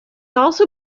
also